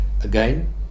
again